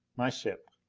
my ship.